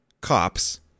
cops